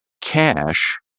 cash